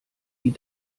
die